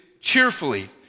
cheerfully